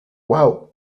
uau